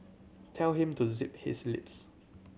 tell him to zip his lips